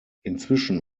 inzwischen